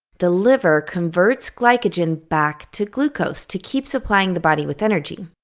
the liver converts glycogen back to glucose to keep supplying the body with energy.